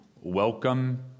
welcome